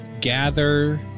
gather